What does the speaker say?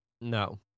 No